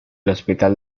hospital